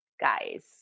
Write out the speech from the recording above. guys